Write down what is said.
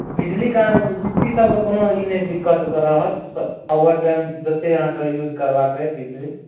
बिजलीके अहाँकेँ बिजली सबके कोनो ई नहि दिक्कत उक्कत रहत पावर टाइम जते यूज करबाके अइ बिजली